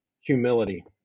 humility